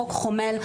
חוק חומל.